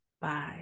Bye